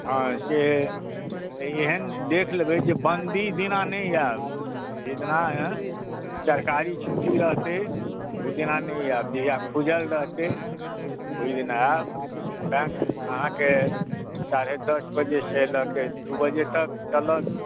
हँ से एहन देख लेबै जे बन्दी दिना नहि आयब जाहि दिना सरकारी छुट्टी रहतै ओहि दिना नहि आयब जहिया खुजल रहतै ओहि दिना आयब बैंक अहाँके साढ़े दस बजेसँ लऽ के दू बजे तक चलत